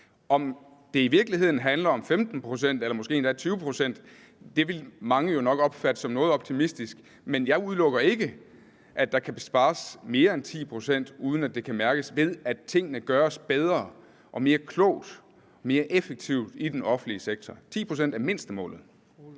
Om det i virkeligheden handler om 15 pct. eller måske endda 20 pct., ved jeg ikke – det ville mange jo nok opfatte som noget optimistisk – men jeg udelukker ikke, at der kan spares mere end 10 pct., uden at det kan mærkes, ved at tingene gøres bedre, mere klogt og mere effektivt i den offentlige sektor. 10 pct. er mindstemålet.